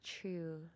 true